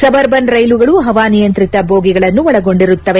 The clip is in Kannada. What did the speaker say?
ಸಬ್ ಅರ್ಬನ್ ರೈಲುಗಳು ಹವಾನಿಯಂತ್ರಿತ ಭೋಗಿಗಳನ್ನು ಒಳಗೊಂಡಿರುತ್ತವೆ